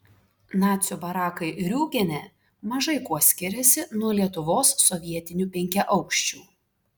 nacių barakai riūgene mažai kuo skiriasi nuo lietuvos sovietinių penkiaaukščių